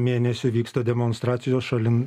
mėnesių vyksta demonstracijos šalin